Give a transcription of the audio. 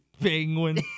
Penguin